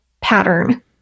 pattern